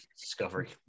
Discovery